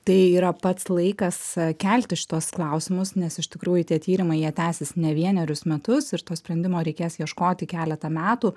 tai yra pats laikas kelti šituos klausimus nes iš tikrųjų tie tyrimai jie tęsis ne vienerius metus ir to sprendimo reikės ieškoti keletą metų